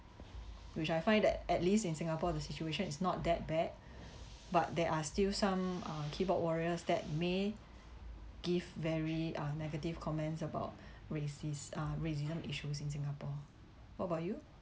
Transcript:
which I find that at least in singapore the situation is not that bad but there are still some uh keyboard warriors that may give very uh negative comments about racist ah racism issues in singapore what about you